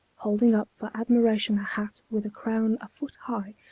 holding up for admiration a hat with a crown a foot high,